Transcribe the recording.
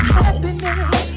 happiness